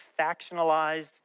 factionalized